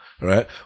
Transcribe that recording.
Right